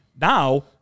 now